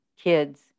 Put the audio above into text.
kids